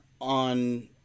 on